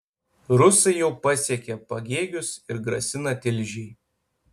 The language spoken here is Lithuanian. rusai jau pasiekė pagėgius ir grasina tilžei